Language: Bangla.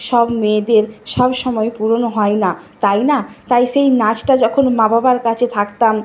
সব মেয়েদের সবসময় পূরণও হয় না তাই না তাই সেই নাচটা যখন মা বাবার কাছে থাকতাম